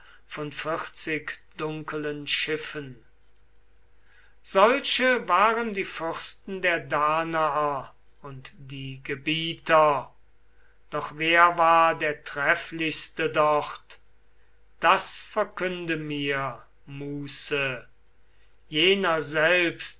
von vierzig dunkelen schiffen solche waren die fürsten der danaer und die gebieter doch wer war der trefflichste dort das verkünde mir muse jener selbst